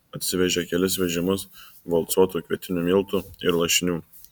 atsivežė kelis vežimus valcuotų kvietinių miltų ir lašinių